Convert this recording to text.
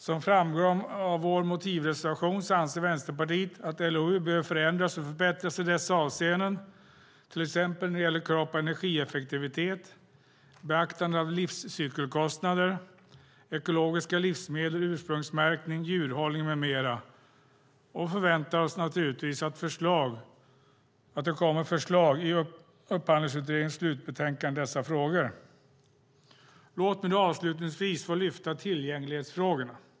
Som framgår av vår motivreservation anser Vänsterpartiet att LOU behöver förändras och förbättras i dessa avseenden, till exempel när det gäller krav på energieffektivitet, beaktande av livscykelkostnader, ekologiska livsmedel, ursprungsmärkning, djurhållning med mera. Vi förväntar oss naturligtvis att det kommer förslag i Upphandlingsutredningens slutbetänkande i dessa frågor. Låt mig avslutningsvis få lyfta fram tillgänglighetsfrågorna.